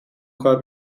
کار